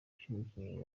cy’umukinnyi